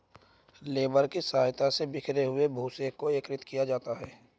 baler की सहायता से बिखरे हुए भूसे को एकत्रित किया जाता है